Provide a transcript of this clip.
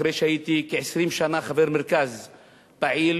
אחרי שהייתי כ-20 שנה חבר מרכז פעיל,